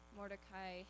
Mordecai